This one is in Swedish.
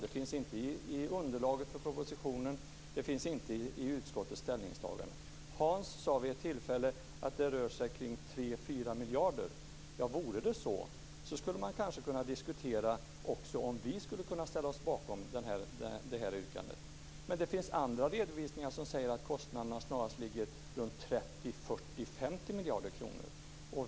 Det finns inte någon i underlaget för propositionen och inte i utskottets ställningstagande. Hans Karlsson sade vid ett tillfälle att det rör sig om 3-4 miljarder. Vore det så skulle man kanske kunna diskutera om även vi skulle kunna ställa oss bakom det här yrkandet. Men det finns andra redovisningar som säger att kostnaderna snarast ligger runt 30-50 miljarder kronor.